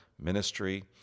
ministry